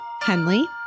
Henley